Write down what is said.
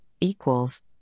equals